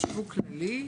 יש שיווק כללי?